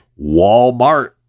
Walmart